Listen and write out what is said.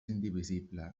indivisible